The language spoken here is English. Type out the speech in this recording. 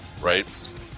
right